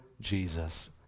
Jesus